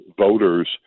voters